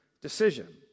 decision